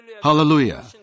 Hallelujah